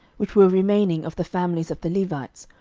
which were remaining of the families of the levites,